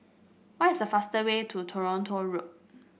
what is the fastest way to Toronto Road